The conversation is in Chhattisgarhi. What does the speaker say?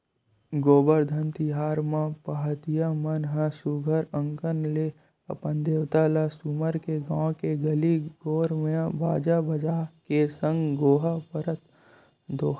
गोबरधन तिहार म पहाटिया मन ह सुग्घर अंकन ले अपन देवता ल सुमर के गाँव के गली घोर म बाजा गाजा के संग दोहा पारत गिंजरथे